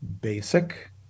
basic